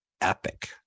epic